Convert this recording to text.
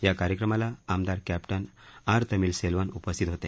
या कार्यक्रमाला आमदार कॅप्टन आर तमिल सेल्वन उपस्थित होते